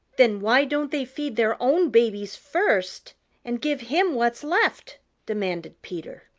then why don't they feed their own babies first and give him what's left? demanded peter.